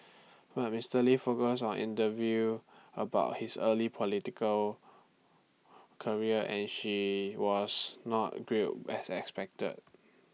but Mister lee focused on interview about his early political career and she was not grilled as expected